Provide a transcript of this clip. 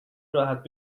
راحت